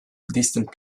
distant